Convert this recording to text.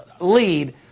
lead